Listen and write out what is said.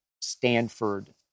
Stanford